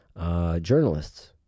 journalists